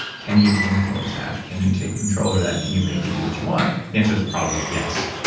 can you influence that? can you take control over that? can you make it do what you want? the answer is probably yes,